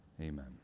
Amen